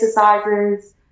exercises